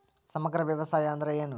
ಸಮಗ್ರ ವ್ಯವಸಾಯ ಅಂದ್ರ ಏನು?